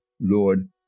lord